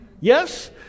Yes